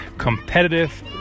competitive